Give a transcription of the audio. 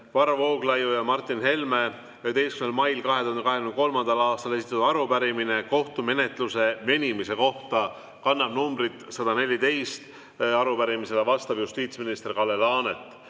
Varro Vooglaiu ja Martin Helme 11. mail 2023. aastal esitatud arupärimine kohtumenetluste venimise kohta, kannab numbrit 114. Arupärimisele vastab justiitsminister Kalle Laanet.